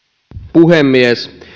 puhemies